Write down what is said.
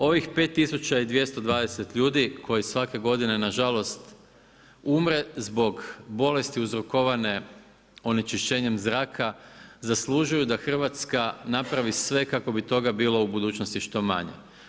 Ovih 5220 ljudi koji svake godine, na žalost, umre zbog bolesti uzrokovane onečišćenjem zraka, zaslužuju da Hrvatska napravi sve kako bi toga bilo u budućnosti što manje.